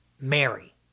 Mary